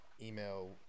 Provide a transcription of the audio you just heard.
email